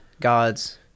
god's